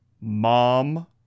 Mom